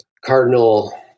Cardinal